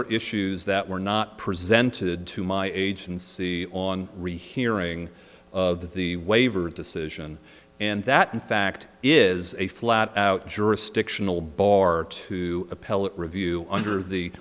are issues that were not presented to my agency on rehearing of the waiver decision and that in fact is a flat out jurisdictional bar to appellate review under the